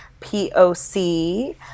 POC